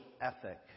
ethic